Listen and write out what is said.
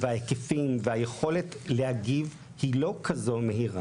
ההיקפים והיכולת להגיב היא לא כזו מהירה.